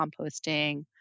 composting